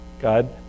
God